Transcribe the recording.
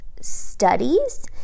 studies